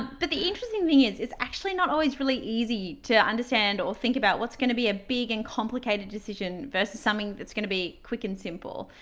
but the interesting thing is, it's actually not always really easy to understand or think about what's going to be a big and complicated decision versus something that's going to be quick and simple.